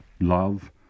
love